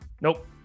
Nope